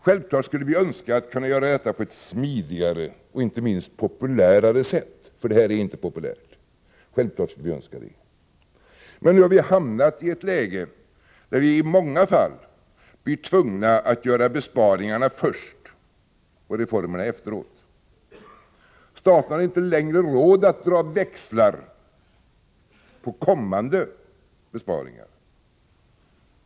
Självfallet skulle vi önska att kunna göra detta på ett smidigare och, inte minst, populärare sätt — detta är inte populärt — men nu har vi hamnat i ett läge där vi i många fall blir tvungna att göra besparingarna först och reformerna efteråt. Staten har inte längre råd att dra växlar på kommande besparingar.